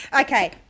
okay